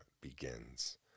begins